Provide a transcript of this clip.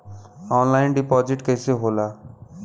Online deposit कैसे होला?